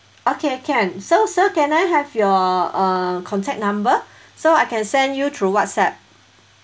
okay can so sir can I have your uh contact number so I can send you through whatsapp